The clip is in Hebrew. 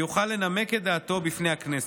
ויוכל לנמק את דעתו בפני הכנסת,